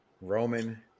Roman